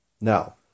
Now